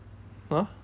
!huh!